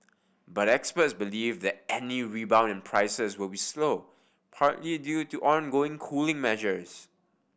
but experts believe that any rebound in prices will be slow partly due to ongoing cooling measures